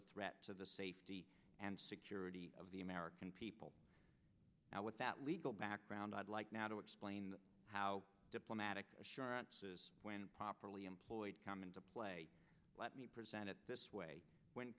a threat to the safety and security of the american people what that legal background i'd like now to explain how diplomatic when properly employed come into play let me present it this way when